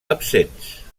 absents